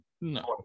No